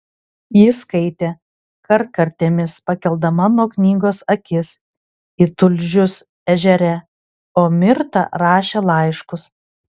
ji skaitė kartkartėmis pakeldama nuo knygos akis į tulžius ežere o mirta rašė laiškus